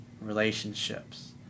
relationships